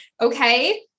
Okay